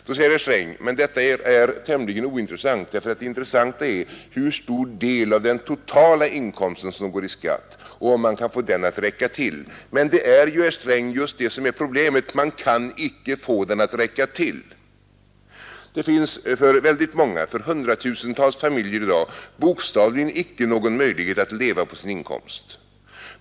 Herr Sträng säger att detta är tämligen ointressant, därför att det väsentliga är hur stor del av den totala inkomsten som går till skatt och om man kan få återstoden att räcka till. Men det är ju, herr Sträng, just det som är problemet. Man kan icke få den att räcka till. Det finns för väldigt många, för hundratusentals familjer, i dag bokstavligen icke någon möjlighet att leva på sin inkomst.